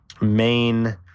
main